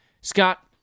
Scott